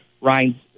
Ryan